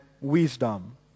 wisdom